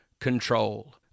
control